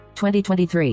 2023